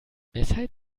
weshalb